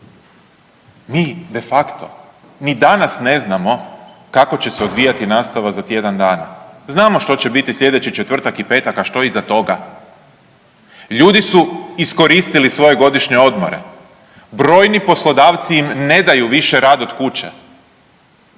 Mi de facto ni danas ne znamo kako će se odvijati nastava za tjedan dana. Znamo što će biti slijedeći četvrtak i petak, a što iza toga. Ljudi su iskoristili svoje godišnje odmore, brojni poslodavci im ne daju više rad od kuće,